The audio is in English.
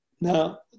Now